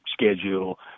schedule